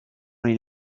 les